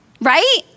Right